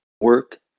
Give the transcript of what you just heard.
work